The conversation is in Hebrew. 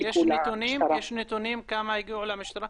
יש נתונים כמה הגיעו למשטרה?